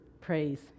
praise